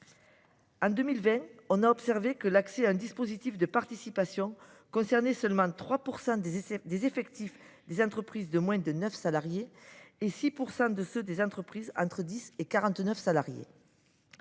en 2020, l’accès à un dispositif de participation concernait seulement 3 % des effectifs des entreprises de moins de 9 salariés et 6 % de ceux des entreprises de 10 à 49 salariés.